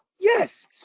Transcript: Yes